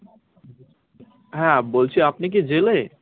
হ্যাঁ বলছি আপনি কি জেলে